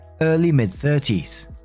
early-mid-30s